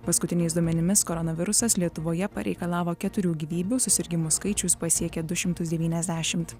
paskutiniais duomenimis koronavirusas lietuvoje pareikalavo keturių gyvybių susirgimų skaičius pasiekė du šimtus devyniasdešimt